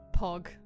pog